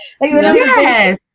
Yes